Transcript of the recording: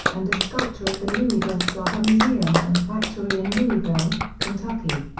and a sculpture at the louisville slugger museum and factory in louisville, kentucky.